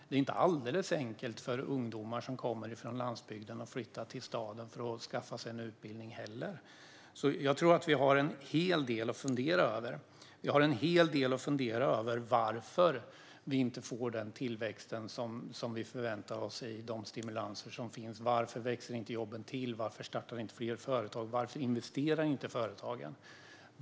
Det är inte heller alldeles enkelt för ungdomar som kommer från landsbygden att flytta till staden för att skaffa sig en utbildning. Jag tror att vi har en hel del att fundera över när det gäller varför vi inte får den tillväxt som vi förväntar oss med de stimulanser som finns. Varför växer inte jobben till? Varför startar inte fler företag? Varför investerar inte företagen?